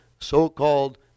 so-called